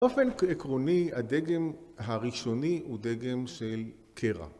באופן עקרוני הדגם הראשוני הוא דגם של קרע.